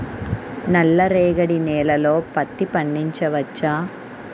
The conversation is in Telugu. నల్ల రేగడి నేలలో పత్తి పండించవచ్చా?